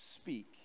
speak